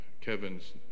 Kevin's